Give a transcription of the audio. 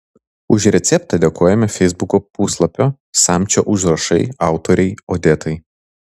už receptą dėkojame feisbuko puslapio samčio užrašai autorei odetai